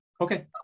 okay